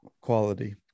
Quality